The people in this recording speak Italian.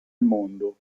mondo